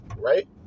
Right